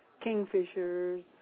kingfishers